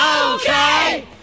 Okay